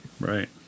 right